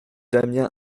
damien